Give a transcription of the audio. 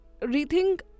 Rethink